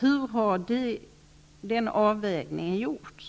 Hur har den avvägningen gjorts?